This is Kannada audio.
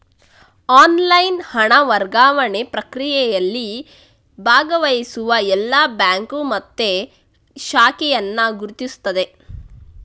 ಆನ್ಲೈನ್ ಹಣ ವರ್ಗಾವಣೆ ಪ್ರಕ್ರಿಯೆಯಲ್ಲಿ ಭಾಗವಹಿಸುವ ಎಲ್ಲಾ ಬ್ಯಾಂಕು ಮತ್ತೆ ಶಾಖೆಯನ್ನ ಗುರುತಿಸ್ತದೆ